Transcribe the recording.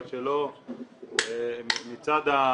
אבל מצד,